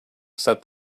said